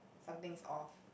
something's off